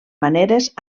maneres